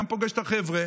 גם פוגש את החבר'ה.